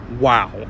Wow